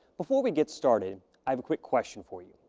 before we get started i have a quick question for you.